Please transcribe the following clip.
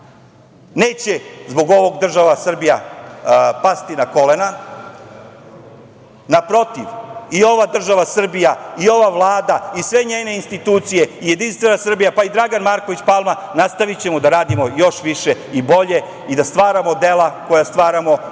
neće zbog ovog država Srbija pasti na kolena, naprotiv, i ova država Srbija i ova Vlada i sve njene institucije, Jedinstvena Srbija, pa i Dragan Marković Palma, nastavićemo da radimo još više i bolje i da stvaramo dela koja stvaramo i